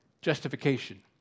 justification